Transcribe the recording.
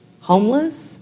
homeless